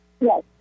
Yes